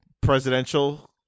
presidential